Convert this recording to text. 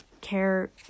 care